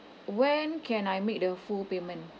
when can I make the full payment